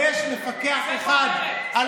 ויש מפקח אחד על